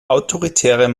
autoritäre